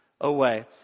away